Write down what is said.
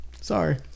Sorry